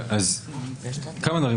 אז כמה דברים.